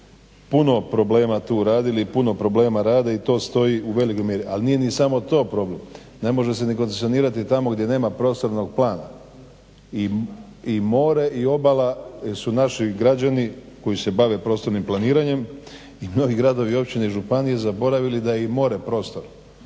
puno problema tu radili, puno problema rade i to stoji u velikoj mjeri. Al' nije ni samo to problem, ne može se ni koncesionirati tamo gdje nema prostornog plana. I more i obala su naši građani koji se bave prostornim planiranjem i mnogi gradovi i općine i županije zaboravili da je i more prostor,